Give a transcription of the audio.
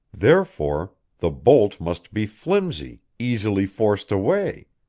therefore the bolt must be flimsy, easily forced away.